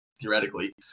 theoretically